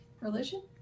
religion